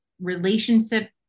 relationship